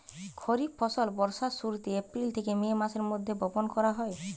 খরিফ ফসল বর্ষার শুরুতে, এপ্রিল থেকে মে মাসের মধ্যে বপন করা হয়